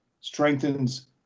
strengthens